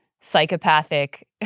psychopathic